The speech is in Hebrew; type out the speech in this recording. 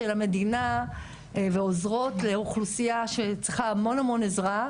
למדינה ועוזרות לאוכלוסייה שצריכה המון המון עזרה,